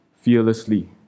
fearlessly